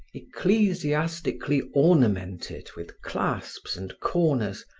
ecclesiastically ornamented with clasps and corners,